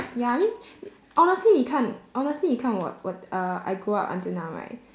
ya I mean honestly 你看 honestly 你看我我 uh I go up until now right